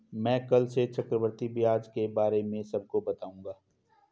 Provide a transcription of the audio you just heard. मैं कल से चक्रवृद्धि ब्याज के बारे में सबको बताऊंगा